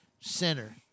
center